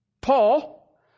Paul